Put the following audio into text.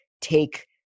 take